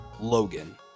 Logan